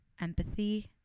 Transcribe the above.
empathy